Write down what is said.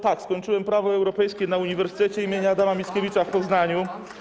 Tak, skończyłem prawo europejskie na Uniwersytecie im. Adama Mickiewicza w Poznaniu.